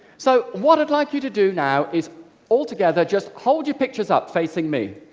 so what i'd like you to do now is altogether just hold your pictures up facing me.